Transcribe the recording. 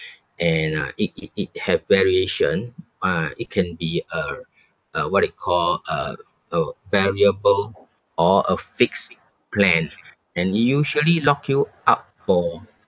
and uh it it it have variation ah it can be uh uh what it call uh a variable or a fixed plan and it usually lock you up for